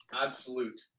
Absolute